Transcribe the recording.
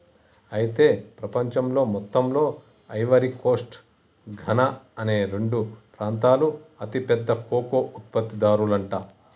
అయితే ప్రపంచంలో మొత్తంలో ఐవరీ కోస్ట్ ఘనా అనే రెండు ప్రాంతాలు అతి పెద్ద కోకో ఉత్పత్తి దారులంట